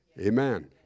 Amen